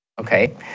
Okay